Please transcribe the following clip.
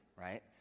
right